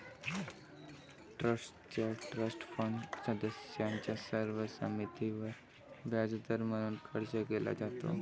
ट्रस्टचा trust fund सदस्यांच्या सर्व संमतीवर व्याजदर म्हणून खर्च केला जातो